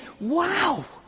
Wow